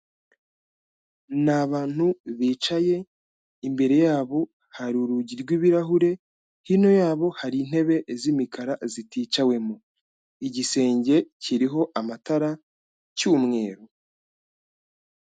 Ni abantu bicaye, imbere yabo hari urugi rw'ibirahure, hino yabo hari intebe z'imikara ziticawemo, igisenge kiriho amatara cy'umweru.